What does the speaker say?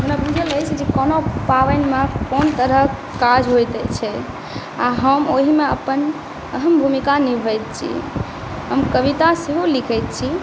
हमरा बूझल अछि जे कोना पाबनिमे कोन तरहके काज होइत छै आओर हम ओहिमे अपन अहम भूमिका निभबैत छी हम कविता सेहो लिखैत छी